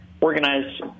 organized